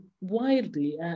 widely